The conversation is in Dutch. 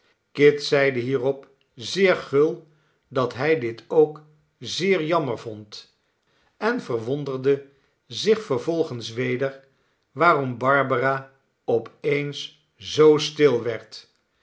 kit zeide hierop zeer gul dat hij dit ook zeer jammer vond en verwonderde zich vervolgens weder waarom barbara op eens zoo stil werd